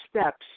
steps